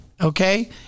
okay